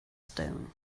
stone